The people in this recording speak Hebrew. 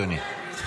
בבקשה, אדוני.